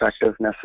effective